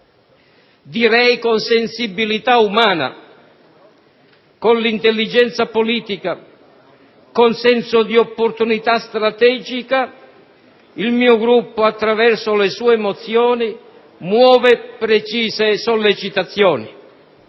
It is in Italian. Direi con sensibilità umana, con intelligenza politica, con senso di opportunità strategica il mio Gruppo, attraverso le sue mozioni, muove precise sollecitazioni.